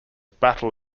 battle